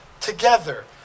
together